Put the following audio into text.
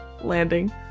landing